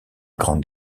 grande